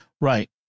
Right